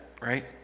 right